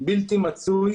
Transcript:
בלתי מצוי